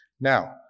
Now